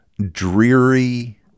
dreary